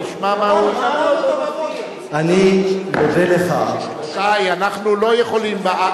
אני מאפשר בשלב זה,